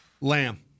Lamb